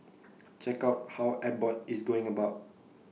check out how Abbott is going about